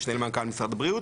משנה למנכ"ל משרד הבריאות,